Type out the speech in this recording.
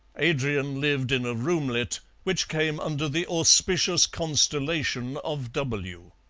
adrian lived in a roomlet which came under the auspicious constellation of w.